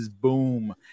Boom